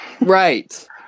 right